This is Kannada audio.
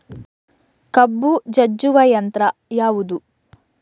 ಕಬ್ಬು ಜಜ್ಜುವ ಯಂತ್ರ ಯಾವುದು?